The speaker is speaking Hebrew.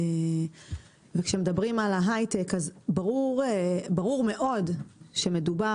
וכשמדברים על ההייטק ברור מאוד שמדובר